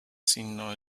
sino